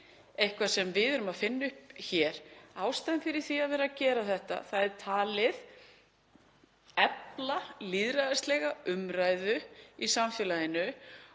eitthvað sem við erum að finna upp hér. Ástæðan fyrir því að vera að gera þetta er sú að það er talið efla lýðræðislega umræðu í samfélaginu.